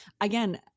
again